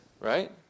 Right